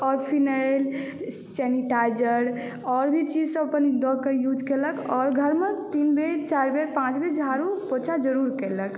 आओर phenyl sanitizer आओर भी चीज सभ अपन दऽ कऽ यूज़ केलक आओर घरमे तीन बेर चारि बेर पाँच बेरि झाड़ू पोंछा जरूर कयलक